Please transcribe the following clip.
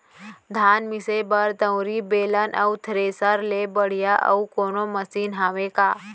धान मिसे बर दउरी, बेलन अऊ थ्रेसर ले बढ़िया अऊ कोनो मशीन हावे का?